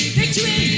victory